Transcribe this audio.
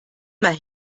mal